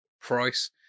price